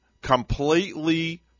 Completely